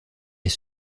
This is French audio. est